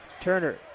Turner